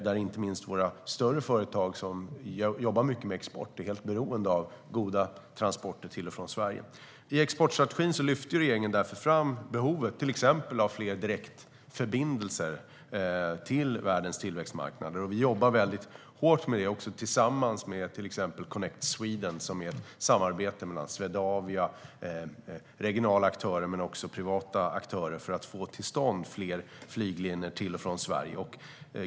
Där är inte minst våra större företag som jobbar mycket med export helt beroende av goda transporter till och från Sverige. I exportstrategin lyfter regeringen därför fram behovet av till exempel fler direktförbindelser till världens tillväxtmarknader. Vi jobbar väldigt hårt med det tillsammans med till exempel Connect Sweden, som är ett samarbete mellan Swedavia, regionala aktörer men också privata aktörer för att få till stånd fler flyglinjer till och från Sverige.